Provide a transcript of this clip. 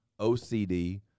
OCD